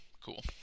cool